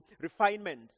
refinement